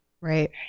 Right